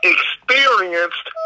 Experienced